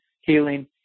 healing